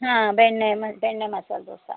ಹಾಂ ಬೆಣ್ಣೆ ಮ ಬೆಣ್ಣೆ ಮಸಾಲೆ ದೋಸೆ